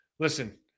Listen